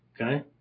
Okay